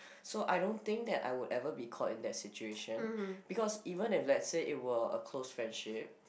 so I don't think that I would ever be caught in that situation because even if let's say it were a close friendship